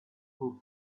who